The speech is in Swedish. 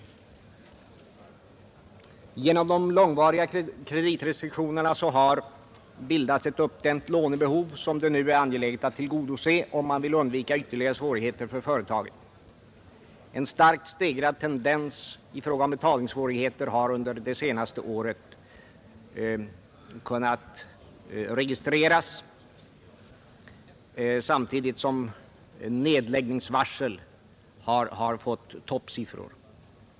På grund av de långvariga kreditrestriktionerna har det bildats ett uppdämt lånebehov som det nu är angeläget att tillgodose om man vill undvika ytterligare svårigheter för företagen. En tendens till starkt ökade betalningssvårigheter har under det senaste året kunnat registreras, samtidigt som vi noterat toppsiffror för nedläggningsvarslen.